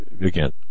again